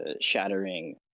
shattering